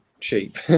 cheap